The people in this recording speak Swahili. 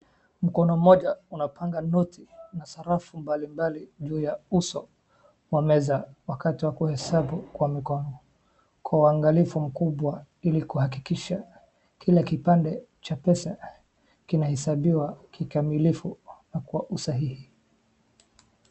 Mkono moja unapanga noti na sarafu mbali mbali juu uso wa meza wakati wa kuhesabu kwa mikono, kwa uangalifu mkubwa ili kuhakikisha kila kipande cha pesa kinahesabiwa kwa ukamilifu na kwa usahihi.